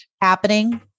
happening